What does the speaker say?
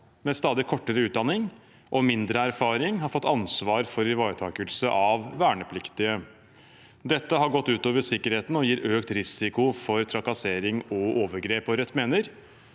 med stadig kortere utdanning og mindre erfaring, har fått ansvar for ivaretakelse av vernepliktige. Dette har gått ut over sikkerheten og gir økt risiko for trakassering og overgrep, og Rødt mener